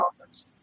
offense